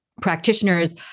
practitioners